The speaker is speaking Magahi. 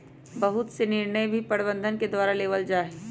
बहुत से निर्णय भी प्रबन्धन के द्वारा लेबल जा हई